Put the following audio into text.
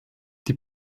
die